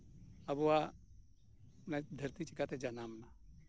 ᱟᱵᱚᱣᱟᱜ ᱫᱷᱟᱹᱨᱛᱤ ᱪᱤᱠᱟᱹᱛᱮ ᱡᱟᱱᱟᱢ ᱞᱮᱱᱟ